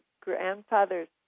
grandfather's